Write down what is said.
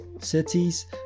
cities